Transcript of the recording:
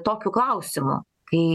tokiu klausimu kai